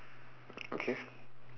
okay